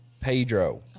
Pedro